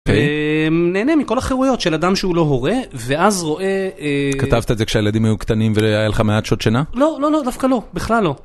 נהנה מכל החירויות של אדם שהוא לא הורה ואז רואה. כתבת את זה כשהילדים היו קטנים וראה עליך מעט שעות שינה? לא, לא, לא, דווקא לא, בכלל לא.